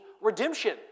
redemption